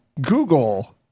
Google